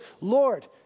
Lord